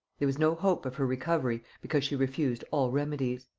there was no hope of her recovery, because she refused all remedies.